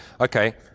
okay